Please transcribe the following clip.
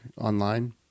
online